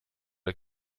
der